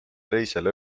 teisel